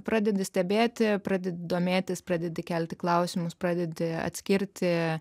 pradedi stebėti pradedi domėtis pradedi kelti klausimus pradedi atskirti